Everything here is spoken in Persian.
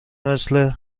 مثل